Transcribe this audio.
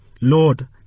Lord